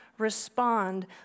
respond